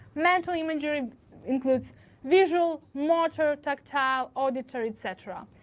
mental imagery includes visual, motor, tactile, auditory, etc.